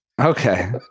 Okay